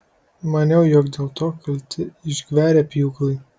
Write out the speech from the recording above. maniau jog dėl to kalti išgverę pjūklai